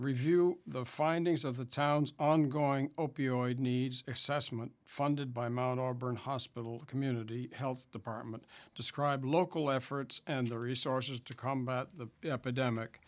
review the findings of the town's ongoing opioid needs assessment funded by mount auburn hospital community health department describe local efforts and the resources to combat the epidemic